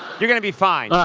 you're going to be fine. yeah